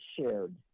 shared